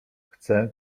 chcę